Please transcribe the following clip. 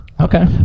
Okay